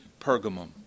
Pergamum